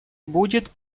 будет